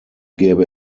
gäbe